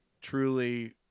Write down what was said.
truly